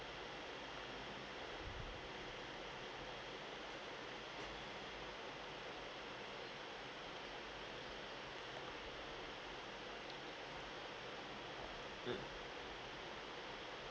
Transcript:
mm